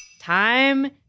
Time